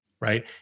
right